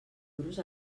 duros